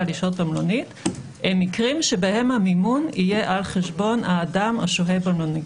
לשהות במלונית מקרים שבהם המימון יהיה על חשבון האדם השוהה במלונית.